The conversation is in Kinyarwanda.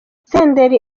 senderi